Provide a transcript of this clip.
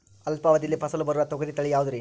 ಅಲ್ಪಾವಧಿಯಲ್ಲಿ ಫಸಲು ಬರುವ ತೊಗರಿ ತಳಿ ಯಾವುದುರಿ?